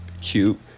cute